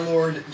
Lord